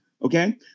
Okay